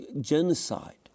genocide